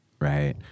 right